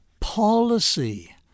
policy